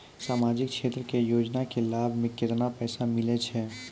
समाजिक क्षेत्र के योजना के लाभ मे केतना पैसा मिलै छै?